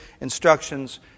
instructions